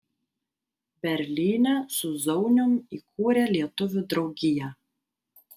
berlyne su zaunium įkūrė lietuvių draugiją